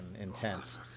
intense